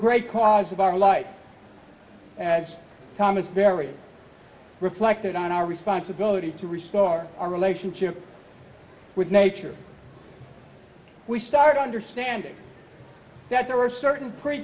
great cause of our life thomas very reflected on our responsibility to restore our relationship with nature we start understanding that there are certain